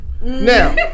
Now